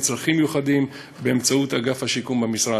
צרכים מיוחדים באמצעות אגף השיקום במשרד.